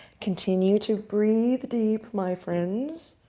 continue to breathe deep, my friends.